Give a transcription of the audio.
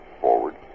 forward